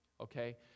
okay